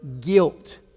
guilt